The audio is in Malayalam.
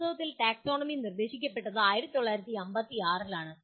വാസ്തവത്തിൽ ടാക്സോണമി നിർദ്ദേശിക്കപ്പെട്ടത് 1956 ലാണ്